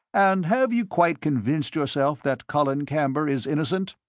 and have you quite convinced yourself that colin camber is innocent?